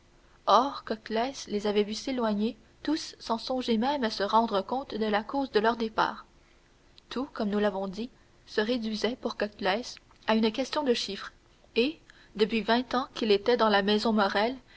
or coclès les avait vus s'éloigner tous sans songer même à se rendre compte de la cause de leur départ tout comme nous l'avons dit se réduisait pour coclès à une question de chiffres et depuis vingt ans qu'il était dans la maison morrel